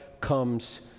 comes